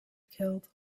killed